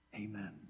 Amen